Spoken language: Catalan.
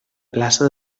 plaça